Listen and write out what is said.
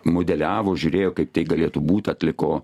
modeliavo žiūrėjo kaip tai galėtų būt atliko